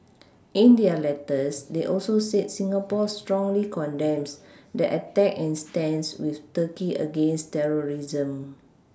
in their letters they also said Singapore strongly condemns the attack and stands with Turkey against terrorism